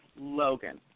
Logan